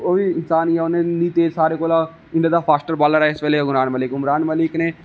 ओ बी इंसान ही ऐ ओह् इन्ना तेज सारे कोला इंडिया दा फास्टर बालर ऐ इस बेल्ले उमरान मलिक ने